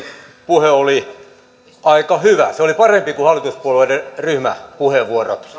puhe oli aika hyvä se oli parempi kuin hallituspuolueiden ryhmäpuheenvuorot